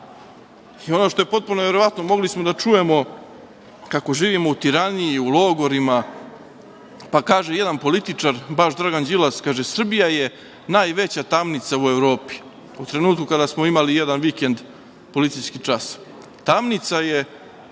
ono što je potpuno neverovatno, mogli smo da čujemo kako živimo u tiraniji, u logorima, pa kaže jedan političar, baš Dragan Đilas, kaže – Srbija je najveća tamnica u Evropi, u trenutku kada smo imali jedan vikend policijski čas. Tamnica je